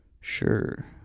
Sure